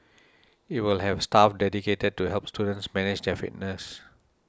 it will have staff dedicated to help students manage their fitness